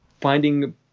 finding